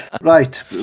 right